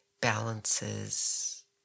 balances